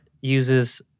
uses